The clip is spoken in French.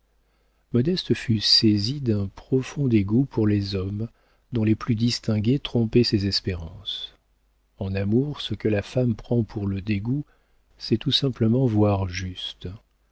modeste fut saisie d'un profond dégoût pour les hommes dont les plus distingués trompaient ses espérances en amour ce que la femme prend pour le dégoût c'est tout simplement voir juste